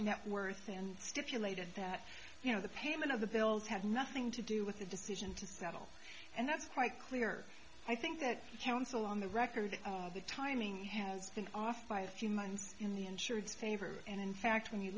net worth and stipulated that you know the payment of the bills had nothing to do with the decision to settle and that's quite clear i think that you counsel on the record that the timing has been off by a few months in the insureds favor and in fact when you